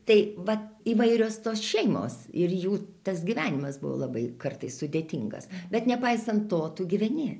tai vat įvairios tos šeimos ir jų tas gyvenimas buvo labai kartais sudėtingas bet nepaisant to tu gyveni